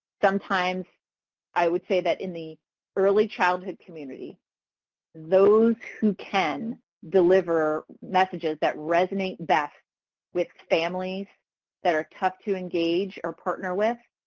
sometimes i would say that in the early childhood community those who can deliver messages that resonate best with families that are tough to engage or partner with.